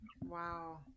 Wow